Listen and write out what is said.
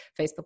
Facebook